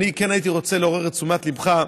אני כן הייתי רוצה לעורר את תשומת ליבך,